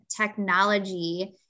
technology